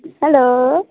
hello